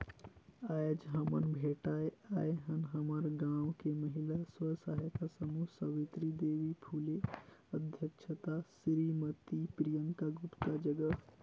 आयज हमन भेटाय आय हन हमर गांव के महिला स्व सहायता समूह सवित्री देवी फूले अध्यक्छता सिरीमती प्रियंका गुप्ता जघा